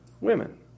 women